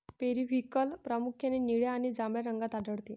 periwinkle प्रामुख्याने निळ्या आणि जांभळ्या रंगात आढळते